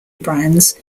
brands